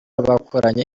bakoranye